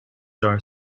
are